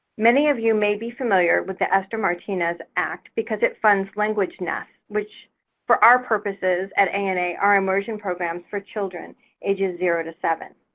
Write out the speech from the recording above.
many of you may be familiar with the esther martinez act because it funds language nests, which for our purposes at ana are immersion programs for children ages zero to seven.